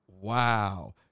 Wow